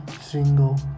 single